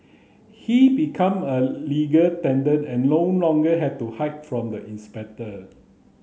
he become a legal tenant and no longer had to hide from the inspector